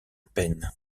peine